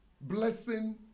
blessing